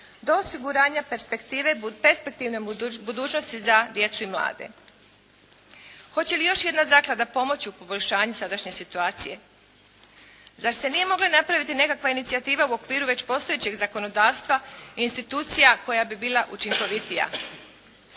do osiguranja perspektivne budućnosti za djecu i mlade. Hoće li još jedna zaklada pomoći u poboljšanju sadašnje situacije? Zar se nije mogla napraviti nekakva inicijativa u okviru već postojećeg zakonodavstva i institucija koja bi bila učinkovitija?